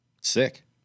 Sick